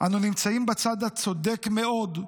אנו נמצאים בצד הצודק מאוד,